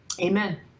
amen